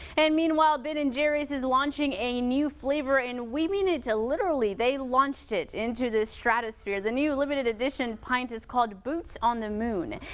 and meanwhile. ben and jerry's is launching a new flavor and we mean it ah literally they launched it into the stratospere the new limited edition pint is called boots on the moooo'n.